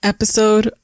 Episode